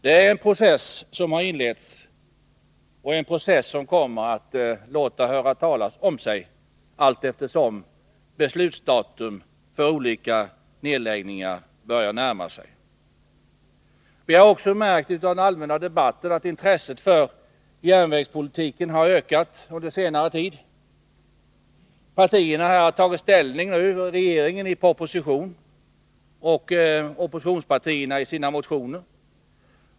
Det är en process som har inletts, en process som kommer att låta höra tala om sig allteftersom beslutsdatum för olika nedläggningar närmar sig. Vi har också märkt av den allmänna debatten att intresset för järnvägspolitik har ökat under senare tid. Partierna har tagit ställning — regeringen i sin proposition och oppositionspartierna i sina motioner.